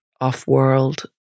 off-world